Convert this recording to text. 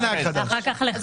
אז